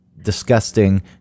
disgusting